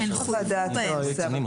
אין חוות דעת בנושא.